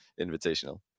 invitational